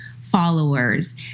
followers